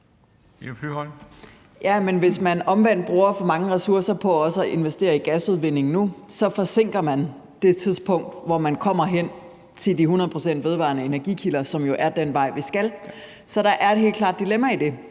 hvis man omvendt bruger for mange ressourcer på også at investere i gasudvindingen nu, så forsinker man det tidspunkt, hvor man kommer hen til de hundrede procent vedvarende energikilder, som jo er den vej, vi skal. Så der er helt klart et dilemma i det,